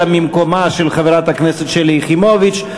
ממקומה של חברת הכנסת שלי יחימוביץ,